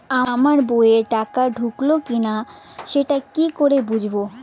আমার বইয়ে টাকা ঢুকলো কি না সেটা কি করে বুঝবো?